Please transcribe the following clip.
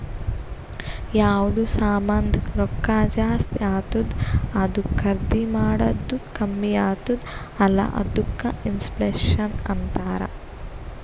ಯಾವ್ದು ಸಾಮಾಂದ್ ರೊಕ್ಕಾ ಜಾಸ್ತಿ ಆತ್ತುದ್ ಅದೂ ಖರ್ದಿ ಮಾಡದ್ದು ಕಮ್ಮಿ ಆತ್ತುದ್ ಅಲ್ಲಾ ಅದ್ದುಕ ಇನ್ಫ್ಲೇಷನ್ ಅಂತಾರ್